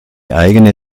eigene